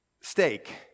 steak